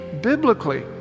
biblically